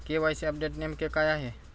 KYC update नेमके काय आहे?